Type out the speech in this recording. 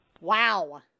wow